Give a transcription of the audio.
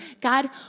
God